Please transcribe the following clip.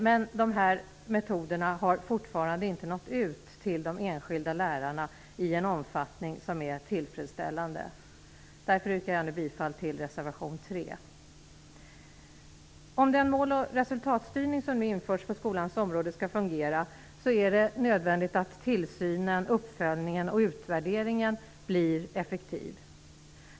Men metoderna har fortfarande inte nått ut till de enskilda lärarna i en omfattning som är tillfredsställande. Därför yrkar jag nu bifall till reservation 3. Om den mål och resultatstyrning som nu införs på skolans område skall fungera, är det nödvändigt att tillsynen, uppföljningen och utvärderingen blir effektiv.